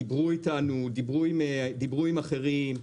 דיברו איתנו ועם אחרים,